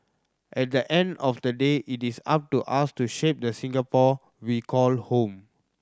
at the end of the day it is up to us to shape the Singapore we call home